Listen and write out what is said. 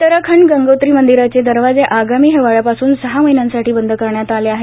उत्तराखंडमध्ये गंगोत्री मंदिराचे दरवाजे आगामी हिवाळ्यापासून सहा महिन्यांसाठी बंद करण्यात आले आहे